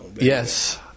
Yes